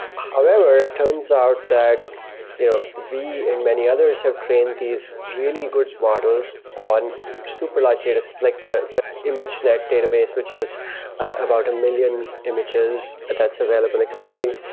however, it turns out that you know we and many others have trained these really good models on super large datas. it's like the the image net database, which is about a million images that's available externally.